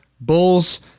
Bulls